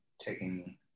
taking